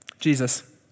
Jesus